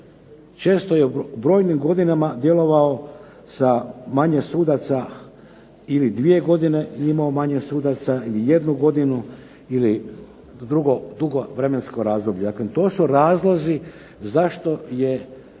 Često je u brojnim godinama djelovao sa manje sudaca ili 2 godine je imao manje sudaca ili jednu godinu ili dugo vremensko razdoblje. Daklem, to su razlozi zašto je